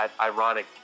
ironic